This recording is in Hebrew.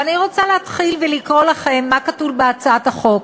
אבל אני רוצה להתחיל ולקרוא לכם מה כתוב בהצעת החוק.